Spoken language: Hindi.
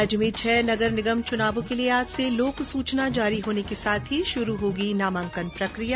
राज्य में छह नगर निगम चुनावों के लिए आज से लोक सूचना जारी होने के साथ ही शुरू होगी नामांकन प्रक्रिया